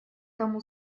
тому